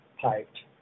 piped